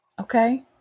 okay